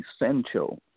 essential